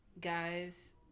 guys